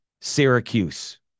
Syracuse